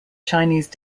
chinese